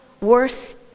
worse